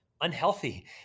unhealthy